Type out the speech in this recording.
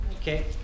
Okay